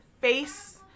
face